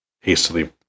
hastily